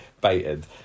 baited